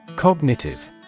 Cognitive